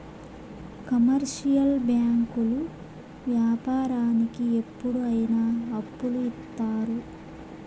commercial బ్యాంకులు వ్యాపారానికి ఎప్పుడు అయిన అప్పులు ఇత్తారు